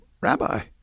Rabbi